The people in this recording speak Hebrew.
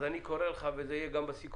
ואז אני קורא לך, וזה יהיה גם בסיכום